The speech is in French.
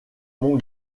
mon